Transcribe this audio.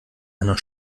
einer